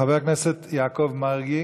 חבר הכנסת יעקב מרגי,